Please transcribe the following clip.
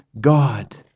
God